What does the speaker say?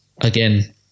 again